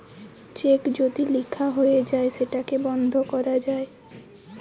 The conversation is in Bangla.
চেক যদি লিখা হয়ে যায় সেটাকে বন্ধ করা যায়